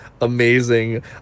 amazing